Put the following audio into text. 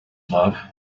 love